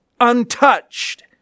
untouched